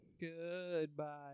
Goodbye